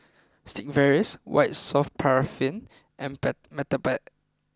Sigvaris White soft paraffin and Peptamen